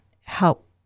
help